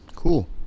Cool